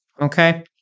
Okay